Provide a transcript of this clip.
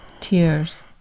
tears